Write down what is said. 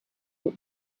that